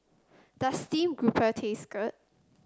does Steamed Grouper taste good